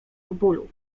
bólu